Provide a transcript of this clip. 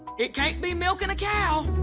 it can't be milking a cow.